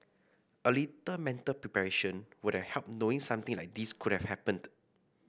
a little mental preparation would have helped knowing something like this could have happened